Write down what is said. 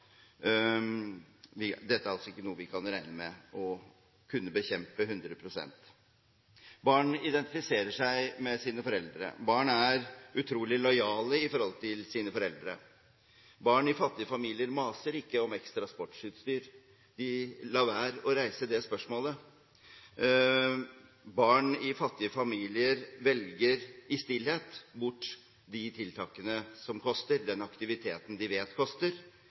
Dette er altså ikke noe vi kan regne med å kunne bekjempe 100 pst. Barn identifiserer seg med sine foreldre. Barn er utrolig lojale overfor sine foreldre. Barn i fattige familier maser ikke om ekstra sportsutstyr, de lar være å reise det spørsmålet. Barn i fattige familier velger i stillhet bort de tiltakene som koster, den aktiviteten de vet koster,